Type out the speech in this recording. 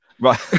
right